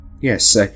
Yes